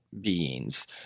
beings